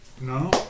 No